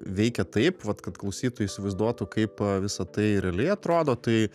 veikia taip vat kad klausytojai įsivaizduotų kaip visa tai realiai atrodo tai